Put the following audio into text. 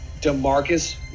DeMarcus